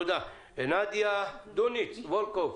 נדיה דוניץ וולקוב,